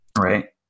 Right